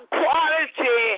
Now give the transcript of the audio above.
quality